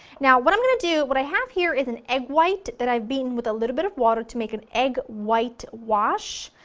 now what i'm going to do, what i have here is an egg white that i've beaten with a little bit of water to make an egg white wash,